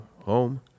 home